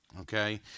Okay